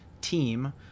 team